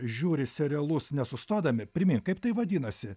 žiūri serialus nesustodami primink kaip tai vadinasi